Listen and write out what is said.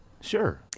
sure